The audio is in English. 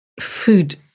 food